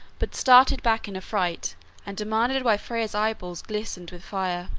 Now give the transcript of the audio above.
but started back in affright and demanded why freya's eyeballs glistened with fire.